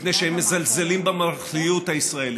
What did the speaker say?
מפני שהם מזלזלים בממלכתיות הישראלית,